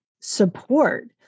support